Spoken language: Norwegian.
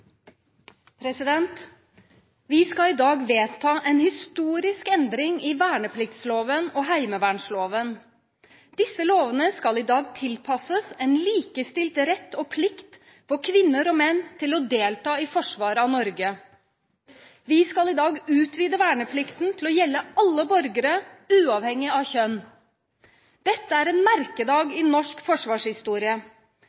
Vi skal i dag vedta en historisk endring i vernepliktsloven og heimevernsloven. Disse lovene skal i dag tilpasses en likestilt rett og plikt for kvinner og menn til å delta i forsvaret av Norge. Vi skal i dag utvide verneplikten til å gjelde alle borgere uavhengig av kjønn. Dette er en